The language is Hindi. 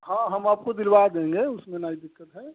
हाँ हम आपको दिलवा देंगे उसमें नहीं दिक्कत है